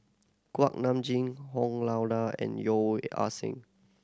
Kuak Nam Jin Lao Da and Yeo Ah Seng